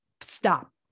stop